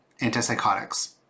antipsychotics